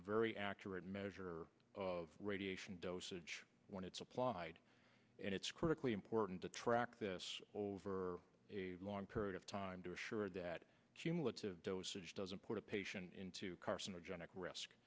very accurate measure of radiation dosage when it's applied and it's critically important to track this over a long period of time to assure that cumulative dosage doesn't put a patient into carcinogenic risk